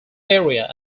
area